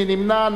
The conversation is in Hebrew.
מי נמנע?